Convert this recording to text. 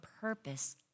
purpose